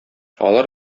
алар